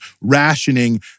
rationing